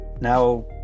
now